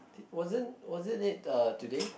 wasn't wasn't it uh today